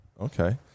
okay